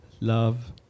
love